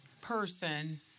person